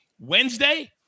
Wednesday